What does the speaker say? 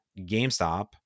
GameStop